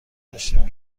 داشتین